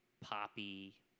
poppy